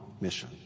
mission